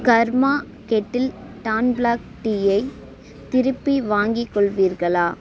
கர்மா Kettle டான் black டீயை திருப்பி வாங்கிக் கொள்வீர்களா